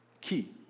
Key